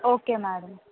okay madam